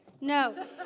No